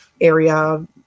area